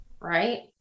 right